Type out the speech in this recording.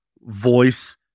voice